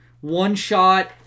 one-shot